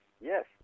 Yes